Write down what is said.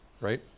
right